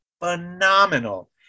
phenomenal